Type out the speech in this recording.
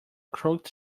crooked